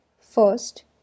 First